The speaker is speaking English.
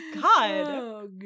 God